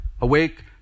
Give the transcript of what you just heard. awake